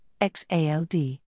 XALD